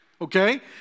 Okay